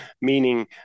meaning